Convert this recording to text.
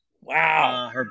Wow